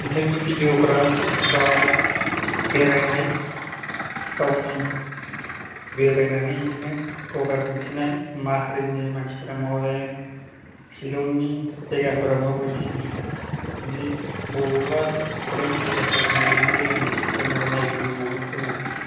बिथांनि भिडिअफोरा जाबाय बेरायनाय गावनि बेरायनानै एदिनो भ्लगार खिन्थिनाय मा हारिनि मानसिफ्रा माबा जायो चिलंनि जायगाफोरा मा बायदि बिदि बबेबा फरेन एरियाफोराव थांनानै बेनि जायगानि सोमोन्दै नायगिदिंनानै फोरमायनाय